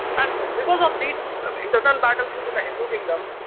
and because of these internal battles within the hindu kingdom,